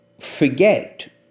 forget